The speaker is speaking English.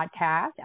podcast